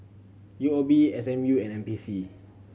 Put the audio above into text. U O B S M U and N P C